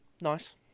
Nice